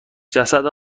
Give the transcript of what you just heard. جسد